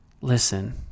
listen